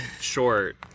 short